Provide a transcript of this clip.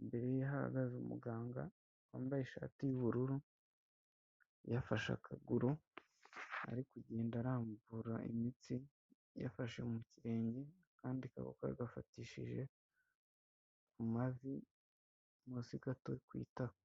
imbere ye ahagaze umuganga wambaye ishati y'ubururu yafashe akaguru ari kugenda arambura imitsi yafashe mu kirenge kandi kaboko ga afatishije amavi munsi gato ku itako.